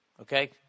okay